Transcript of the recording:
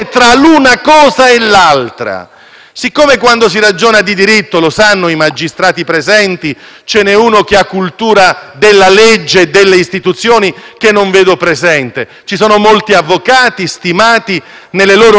(ce n'è uno che ha cultura della legge e delle istituzioni, che non vedo presente) e i molti avvocati stimati nelle loro libere professioni. Voglio fare l'esempio di un Ministro che ha leso